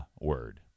word